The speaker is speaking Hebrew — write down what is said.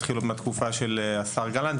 היא התחילה עוד בתקופתו של השר גלנט,